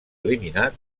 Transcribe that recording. eliminat